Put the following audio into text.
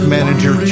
Manager